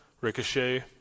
Ricochet